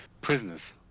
Prisoners